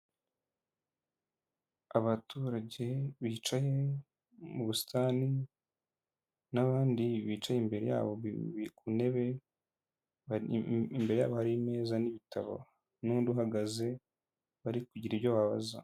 Abaturage bicaye mu busitani n'abandi bicaye imbere yabo bibi ku ntebebaye n'ibitabo n'uduhagaze bari kugira ibyo babaza.